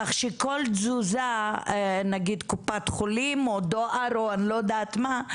כך שכל תזוזה נגיד קופת חולים או דואר או אני לא יודעת מה,